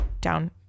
down